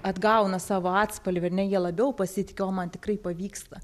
atgauna savo atspalvį ar ne jie labiau pasitiki o man tikrai pavyksta